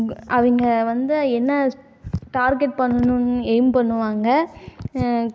அவங்க வந்து என்ன டார்கெட் பண்ணணுன்னு எயிம் பண்ணுவாங்க